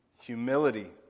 humility